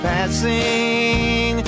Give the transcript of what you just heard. Passing